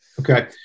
Okay